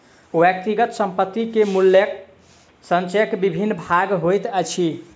व्यक्तिगत संपत्ति के मूल्य संचयक विभिन्न भाग होइत अछि